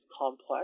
complex